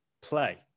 play